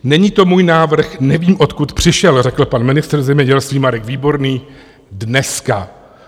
Není to můj návrh, nevím, odkud přišel, řekl pan ministr zemědělství Marek Výborný dneska.